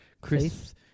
Chris